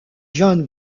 john